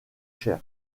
cher